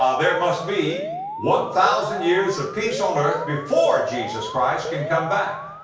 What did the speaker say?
um there must be one thousand years of peace on earth before jesus christ can come back.